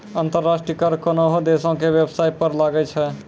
अंतर्राष्ट्रीय कर कोनोह देसो के बेबसाय पर लागै छै